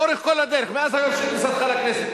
לאורך כל הדרך, מיום כניסתך לכנסת.